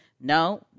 No